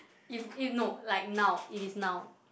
if it no like now it is now